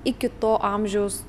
iki to amžiaus